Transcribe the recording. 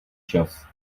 čas